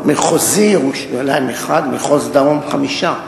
מחוזי ירושלים, אחד, מחוז דרום, חמישה.